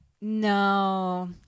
no